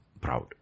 proud